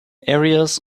areas